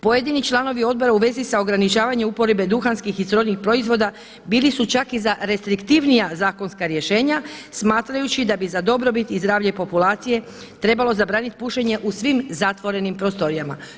Pojedini članovi odbora u vezi sa ograničavanjem uporabe duhanskih i srodnih proizvoda bili su čak i za restriktivnija zakonska rješenja smatrajući da bi za dobrobit i zdravlje populacije trebalo zabranit pušenje u svim zatvorenim prostorijama.